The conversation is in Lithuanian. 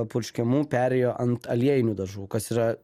purškiamų perėjo ant aliejinių dažų kas yra